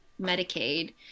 Medicaid